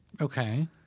Okay